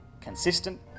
consistent